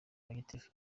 gitifu